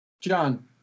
john